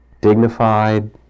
Dignified